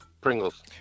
Pringles